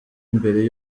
imbere